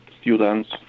students